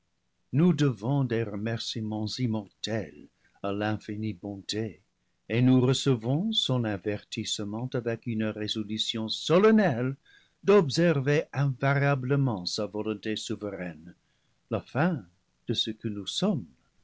nous devons des remerciements immortels à l'infinie bonté et nous recevons son avertissement avec une résolution solennelle d'observer invariablement sa volonté souveraine la fin de ce que nous sommes